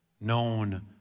known